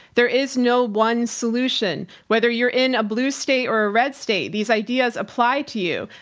there is no one solution whether you're in a blue state or a red state, these ideas apply to you.